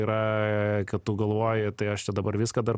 yra kad tu galvoji tai aš čia dabar viską dar